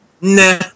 Nah